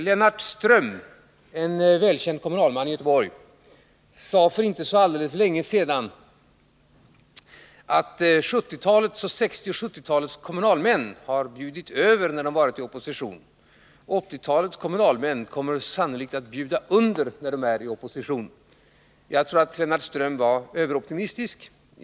Lennart Ström, en välkänd kommunalman i Göteborg, sade för inte så länge sedan att 1960-talets och 1970-talets kommunalmän har bjudit över när de varit i opposition och att 1980-talets kommunalmän sannolikt kommer att bjuda under när de är i opposition. Jag tror att Lennart Ström var överoptimistisk.